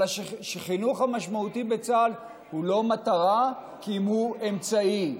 אבל החינוך המשמעותי בצה"ל הוא לא מטרה כי אם אמצעי.